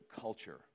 culture